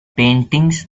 paintings